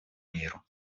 миру